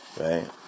right